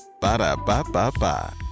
Ba-da-ba-ba-ba